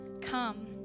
come